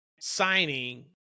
signing